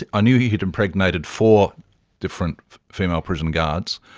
ah i knew he had impregnated four different female prison guards.